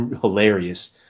hilarious